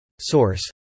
Source